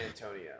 Antonio